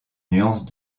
nuances